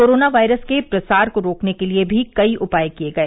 corona virus के प्रसार को रोकने के लिए भी कई उपाय किये गए